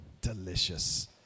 Delicious